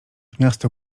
miasto